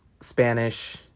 Spanish